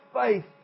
faith